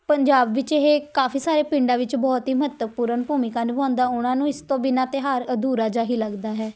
ਪੰਜਾਬ ਵਿੱਚ ਇਹ ਕਾਫੀ ਸਾਰੇ ਪਿੰਡਾਂ ਵਿੱਚ ਬਹੁਤ ਹੀ ਮਹੱਤਵਪੂਰਨ ਭੂਮਿਕਾ ਨਿਭਾਉਂਦਾ ਉਹਨਾਂ ਨੂੰ ਇਸ ਤੋਂ ਬਿਨਾਂ ਤਿਉਹਾਰ ਅਧੂਰਾ ਜਾ ਹੀ ਲੱਗਦਾ ਹੈ